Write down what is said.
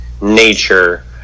nature